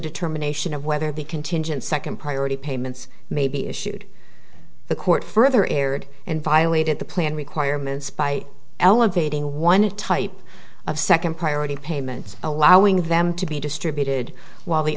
determination of whether the contingent second priority payments may be issued the court further erred and violated the plan requirements by elevating one type of second priority payments allowing them to be distributed while the